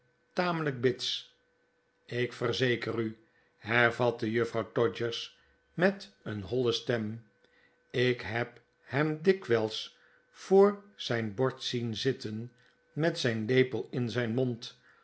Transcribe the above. tamelijk bits ik verzeker u hervatte juffrouw todgers met een holle stem ik heb hem dikwijls voor zijn bord zien zitten met zijn lepel in zijn mond